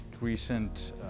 recent